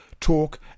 talk